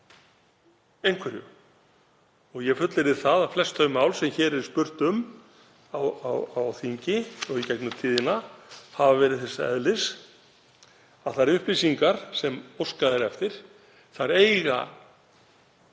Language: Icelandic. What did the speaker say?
einhverju. Ég fullyrði að flest þau mál sem hér er spurt um á þingi og í gegnum tíðina hafa verið þess eðlis að allar þær upplýsingar sem óskað er eftir eiga